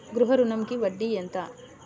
గృహ ఋణంకి వడ్డీ ఎంత?